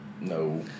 No